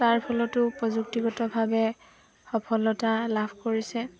তাৰ ফলতো প্ৰযুক্তিগতভাৱে সফলতা লাভ কৰিছে